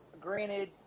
Granted